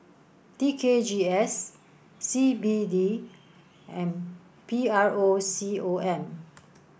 T K G S C B D and P R O C O M